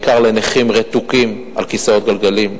בעיקר לנכים רתוקים לכיסאות גלגלים,